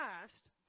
past